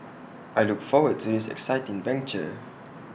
I look forward to this exciting venture